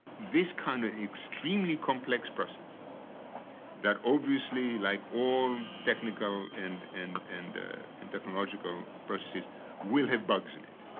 this kind of extremely complex process that obviously like all technical and and and and technological processes will have bugs in it,